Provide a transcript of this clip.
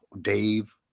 dave